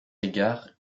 égards